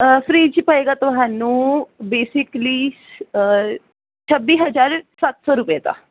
fridge ਪਏਗਾ ਤੁਹਾਨੂੰ basically ਛੱਬੀ ਹਜਾਰ ਸੱਤ ਸੌ ਰੁਪਏ ਦਾ